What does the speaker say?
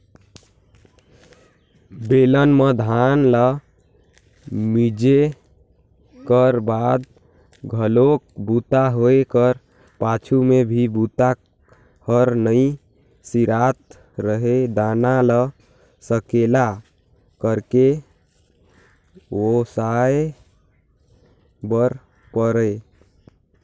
बेलन म धान ल मिंजे कर बाद घलोक बूता होए कर पाछू में भी बूता हर नइ सिरात रहें दाना ल सकेला करके ओसाय बर परय